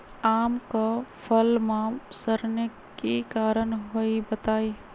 आम क फल म सरने कि कारण हई बताई?